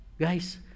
Guys